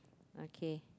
okay